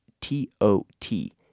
t-o-t